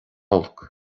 olc